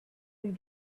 with